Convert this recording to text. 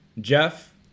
Jeff